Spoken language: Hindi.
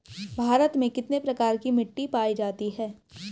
भारत में कितने प्रकार की मिट्टी पाई जाती हैं?